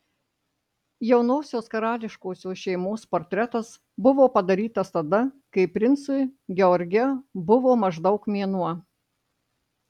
jaunosios karališkosios šeimos portretas buvo padarytas tada kai princui george buvo maždaug mėnuo